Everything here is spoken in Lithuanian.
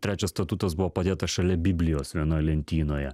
trečias statutas buvo padėtas šalia biblijos vienoj lentynoje